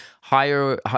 higher